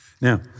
Now